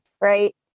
right